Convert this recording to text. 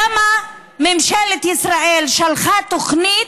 למה ממשלת ישראל שלחה תוכנית,